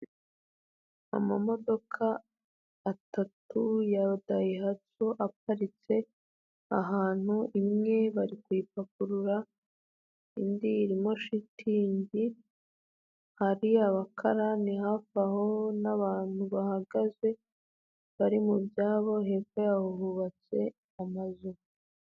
Amamodoka atatu ya dayihatsu aparitse ahantu, imwe bari kuyipakurura, indi irimo shitingi, hari abakarani hafi aho n'abantu bahagaze bari mu byabo, hepfo yabo hubatse amazu.